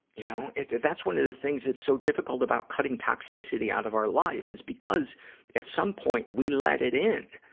you know, it, that's one of the things that's so difficult about cutting toxicity out of our life, i because at some point we let it in.